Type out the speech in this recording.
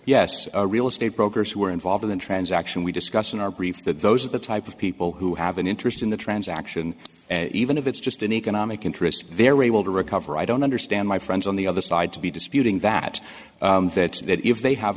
yes real estate brokers who are involved in the transaction we discuss in our brief that those are the type of people who have an interest in the transaction even if it's just an economic interest they're able to recover i don't understand my friends on the other side to be disputing that that that if they have